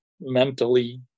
mentally